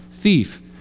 thief